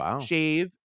shave